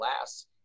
last